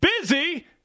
Busy